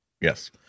Yes